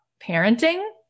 parenting